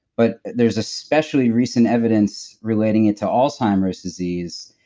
but there's especially recent evidence relating it to alzheimer's disease,